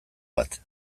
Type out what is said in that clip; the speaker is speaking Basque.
bat